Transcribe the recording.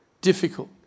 difficult